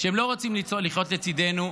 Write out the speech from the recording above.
שהם לא רוצים לחיות לצידנו,